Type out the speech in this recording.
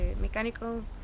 mechanical